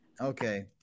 Okay